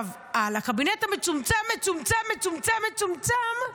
בקבינט המצומצם-מצומצם-מצומצם-מצומצם,